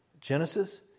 Genesis